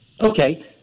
Okay